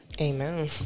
amen